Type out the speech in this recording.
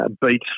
beat